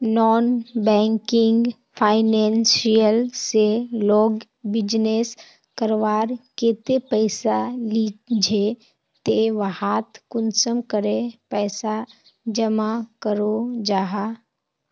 Non banking financial से लोग business करवार केते पैसा लिझे ते वहात कुंसम करे पैसा जमा करो जाहा?